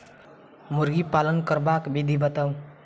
मुर्गी पालन करबाक विधि बताऊ?